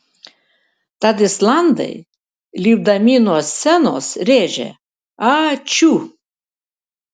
tad islandai lipdami nuo scenos rėžė ačiū